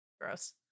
Gross